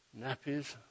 nappies